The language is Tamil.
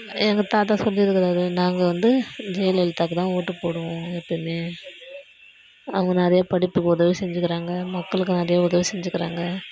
எங்கள் தாத்தா சொல்லிருக்குறார் நாங்கள் வந்து ஜெயலலிதாவுக்கு தான் ஓட்டு போடுவோம் எப்போவுமே அவங்க நிறையா படிப்புக்கு உதவி செஞ்சுக்குறாங்க மக்களுக்கும் நிறையா உதவி செஞ்சுக்குறாங்க